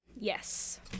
Yes